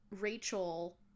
rachel